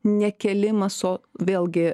ne kėlimas o vėlgi